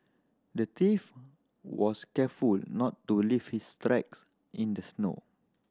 the thief was careful not to leave his tracks in the snow